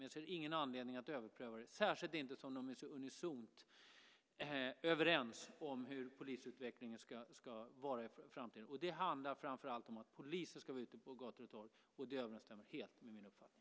Jag ser ingen anledning att överpröva det, särskilt inte som de unisont är så överens om hur polisutvecklingen ska vara i framtiden. Det handlar framför allt om att poliser ska vara ute på gator och torg. Det överensstämmer helt med min uppfattning.